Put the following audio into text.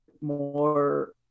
more